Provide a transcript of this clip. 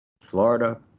Florida